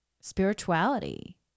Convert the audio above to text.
spirituality